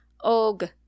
og